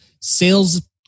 Sales